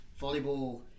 volleyball